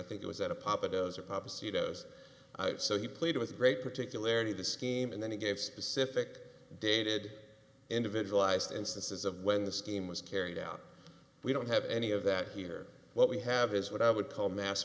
those so he played with great particulary the scheme and then he gave specific dated individualized instances of when the scheme was carried out we don't have any of that here what we have is what i would call mass